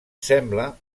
sembla